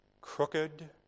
crooked